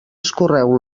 escorreu